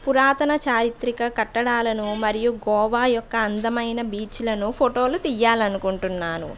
పురాతన చారిత్రిక కట్టడాలను మరియు గోవా యొక్క అందమైన బీచ్లను ఫోటోలు తీయాలని అకుంటున్నాను